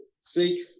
Seek